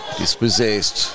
dispossessed